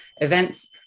events